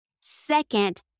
Second